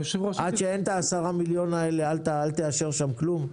עד שאין 10 מיליון האלה אל תאשר שם כלום.